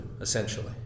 essentially